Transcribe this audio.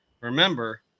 Remember